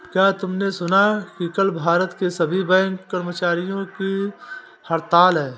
क्या तुमने सुना कि कल भारत के सभी बैंक कर्मचारियों की हड़ताल है?